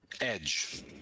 Edge